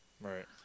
right